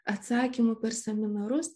atsakymų per seminarus